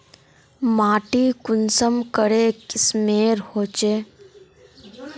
माटी कुंसम करे किस्मेर होचए?